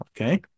Okay